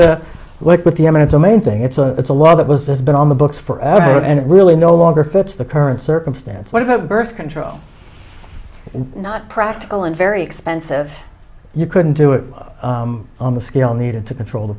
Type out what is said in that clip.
like with the eminent domain thing it's a it's a law that was it's been on the books forever and it really no longer fits the current circumstance what is a birth control not practical and very expensive you couldn't do it on the scale needed to control the